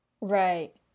Right